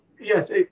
Yes